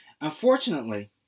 Unfortunately